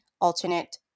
alternate